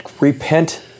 Repent